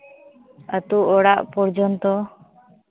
ᱟᱹᱛᱩ ᱚᱲᱟᱜ ᱯᱚᱨᱡᱚᱱᱛᱚ